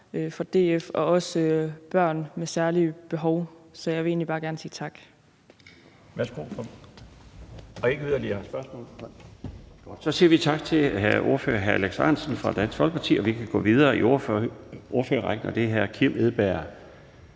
for DF og også børn med særlige behov. Så jeg vil egentlig bare gerne sige tak.